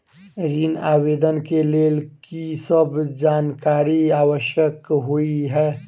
ऋण आवेदन केँ लेल की सब जानकारी आवश्यक होइ है?